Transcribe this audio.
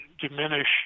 diminish